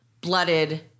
blooded